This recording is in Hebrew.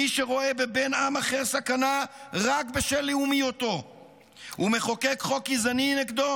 מי שרואה בבן עם אחר סכנה רק בשל לאומיותו ומחוקק חוק גזעני נגדו,